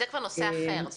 זה כבר נושא אחר.